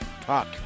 talk